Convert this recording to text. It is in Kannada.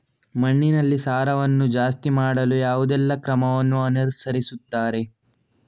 ಮಣ್ಣಿನಲ್ಲಿ ಸಾರವನ್ನು ಜಾಸ್ತಿ ಮಾಡಲು ಯಾವುದೆಲ್ಲ ಕ್ರಮವನ್ನು ಅನುಸರಿಸುತ್ತಾರೆ